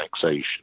taxation